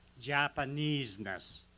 Japanese-ness